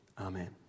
Amen